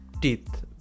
teeth